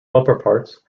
upperparts